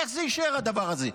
איך זה יישאר, הדבר הזה?